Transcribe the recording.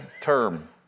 term